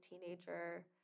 teenager